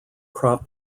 crop